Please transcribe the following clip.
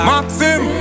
Maxim